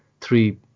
three